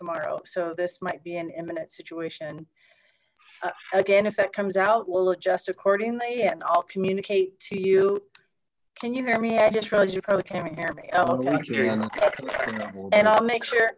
tomorrow so this might be an imminent situation again if that comes out we'll adjust accordingly and i'll communicate to you can you hear me i just really came in here and i'll make sure